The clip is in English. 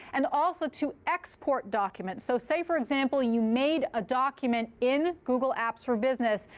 and also to export documents. so say for example you made a document in google apps for business.